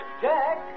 Jack